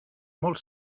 molt